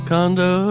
Condo